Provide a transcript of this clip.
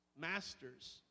masters